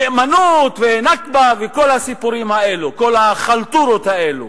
נאמנות ו"נכבה" וכל השאר, כל החלטורות האלה,